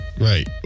Right